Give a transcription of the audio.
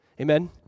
Amen